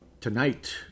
tonight